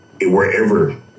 wherever